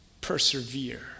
Persevere